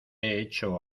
hecho